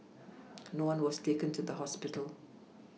no one was taken to the hospital